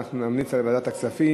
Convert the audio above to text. ואנחנו נמליץ על ועדת הכספים,